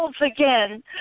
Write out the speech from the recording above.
again